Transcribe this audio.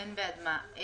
אין בעד מה.